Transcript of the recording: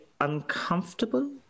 uncomfortable